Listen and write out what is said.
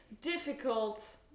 difficult